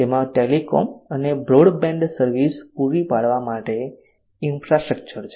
તેમાં ટેલિકોમ અને બ્રોડબેન્ડ સેવાઓ પૂરી પાડવા માટે ઈન્ફ્રાસ્ટ્રક્ચર છે